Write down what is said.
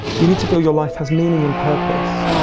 you need to feel your life has meaning and purpose,